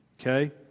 Okay